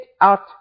out